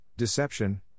Deception